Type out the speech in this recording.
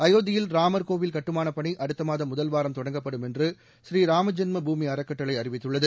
அயோத்தியில் ராமர் கோவில் கட்டுமானப் பணி அடுத்த மாதம் முதல்வாரம் தொடங்கப்படும் என்று பூநீராம ஜென்ம பூமி அறக்கட்டளை அறிவித்துள்ளது